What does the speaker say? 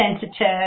sensitive